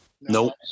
Nope